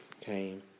came